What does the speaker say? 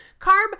Carb